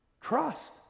trust